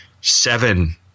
seven